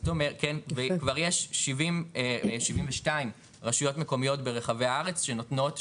כן וכבר יש 72 רשויות מקומיות ברחבי הארץ שנותנות,